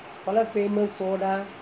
அப்போலாம்:appolaam famous soda